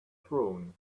throne